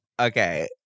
okay